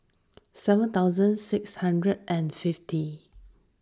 seven thousand six hundred and fifty